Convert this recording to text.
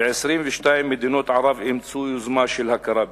ו-22 מדינות ערב אימצו יוזמה של הכרה בישראל.